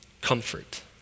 comfort